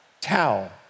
towel